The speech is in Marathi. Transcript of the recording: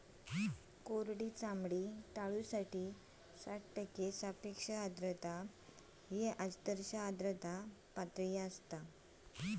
कोरडी चामडी टाळूसाठी साठ टक्के सापेक्ष आर्द्रता ही आदर्श आर्द्रता पातळी आसा